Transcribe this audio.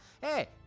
Hey